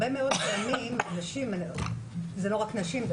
זה לא רק נשים.